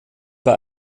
bei